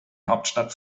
hauptstadt